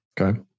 Okay